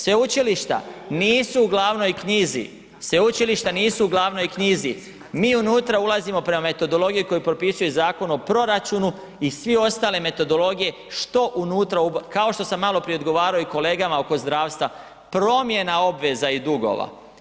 Sveučilišta nisu u glavnoj knjizi, sveučilišta nisu u glavnoj knjizi, mi unutra ulazimo prema metodologiji koju propisuje Zakon o proračunu i sve ostale metodologije što unutra kao što sam maloprije odgovarao i kolegama oko zdravstva, promjena obveza i dugova.